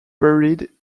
buried